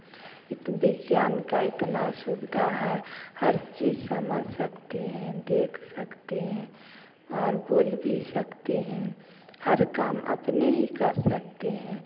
इस विज्ञान का इतना सुविधा है हर चीज़ समझ सकते हैं देख सकते हैं और बोल भी सकते हैं हर काम अपने ही कर सकते हैं